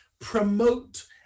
promote